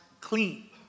clean